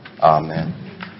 Amen